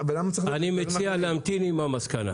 היושב-ראש, אני מציע להמתין עם המסקנה.